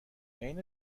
عین